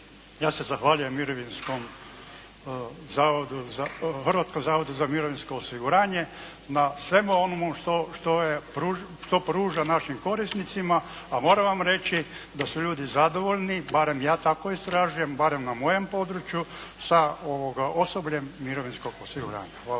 ja se zahvaljujem Hrvatskom zavodu za mirovinsko osiguranje, na svemu onome što pruža našim korisnicima, a moram vam reći da su ljudi zadovoljni, barem ja tako istražujem, barem na mojem području, sa osobljem mirovinskog osiguranja. Hvala